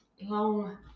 long